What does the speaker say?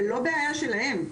זה לא בעיה שלהם,